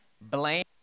Blame